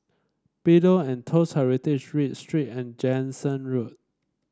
Pillow and Toast Heritage Read Street and Jansen Road